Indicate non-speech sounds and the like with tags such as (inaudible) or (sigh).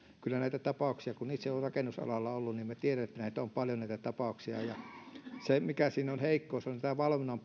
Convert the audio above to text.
kyllä näitä tapauksia itse kun olen rakennusalalla ollut niin minä tiedän näitä on paljon se mikä siinä on heikkous on tämä valvonnan (unintelligible)